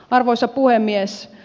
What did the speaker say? arvoisa puhemies